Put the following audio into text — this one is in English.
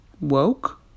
woke